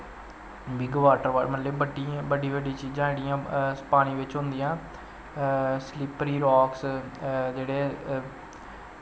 बिग्ग बॉटर बड्डी बड्डी चीजां जेह्ड़ियां पानी बिच्च होंदियां स्लिपरी राक्स जेह्ड़े